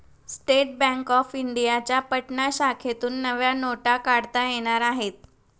state bank of इंडियाच्या पटना शाखेतून नव्या नोटा काढता येणार आहेत